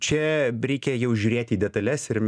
čia reikia jau žiūrėti į detales ir